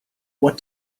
what